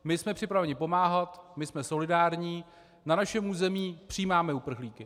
My jsme připraveni pomáhat, my jsme solidární, na našem území přijímáme uprchlíky.